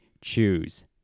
choose